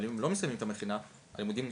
אבל אם הם לא מסיימים את המכינה, הלימודים נפסקים.